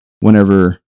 whenever